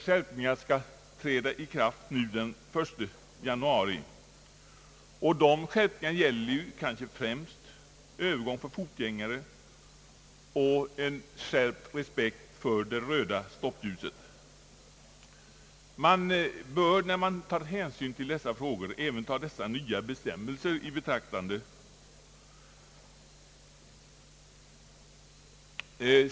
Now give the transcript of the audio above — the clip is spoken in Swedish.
Skärpningen skall träda i kraft den 1 januari 1967 och gäller då kanske främst övergång för fotgängare och en större respekt för det röda stoppljuset. När man tar hänsyn till frågan om trafikomläggningen, bör man även ta dessa nya bestämmelser i betraktande.